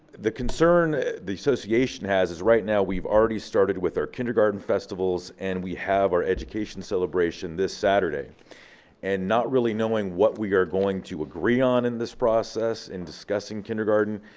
the concern the association has is right now we've already started with our kindergarten festivals and we have our education celebration this saturday and not really knowing what we are going to agree on in this process, in discussing kindergarten,